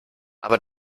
aber